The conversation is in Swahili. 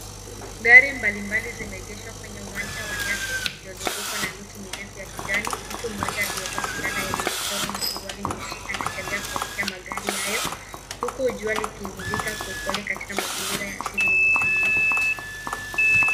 Gari mbalimbali zimeegeshwa kwenye uwanja iliofunikwa na miti mirefu ya kijani. Mtu mmoja aliyevaa fulana yenye michoro na suruali nyeusi anatembea kuelekea magari hayo huku jua likimlika kwa upole katika mazingira ya asili yenye utulivu.